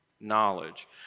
knowledge